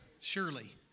Surely